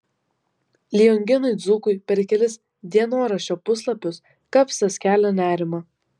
lionginui dzūkui per kelis dienoraščio puslapius kapsas kelia nerimą